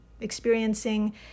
experiencing